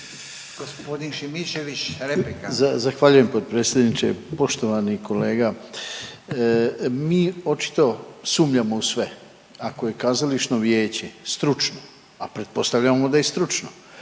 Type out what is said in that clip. Gospodin Šimičević replika.